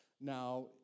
Now